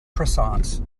croissants